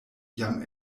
jam